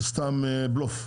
זה סתם בלוף,